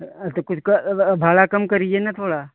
हाँ तो कुछ कम भाड़ा कम करिए ना थोड़ा